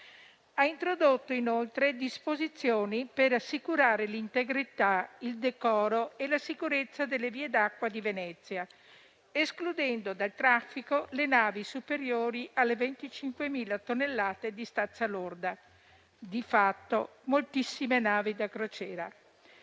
ha introdotto disposizioni per assicurare l'integrità, il decoro e la sicurezza delle vie d'acqua di Venezia, escludendo dal traffico le navi superiori alle 25.000 tonnellate di stazza lorda (di fatto, moltissime navi da crociera).